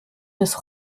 des